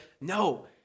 No